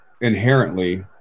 inherently